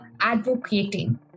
advocating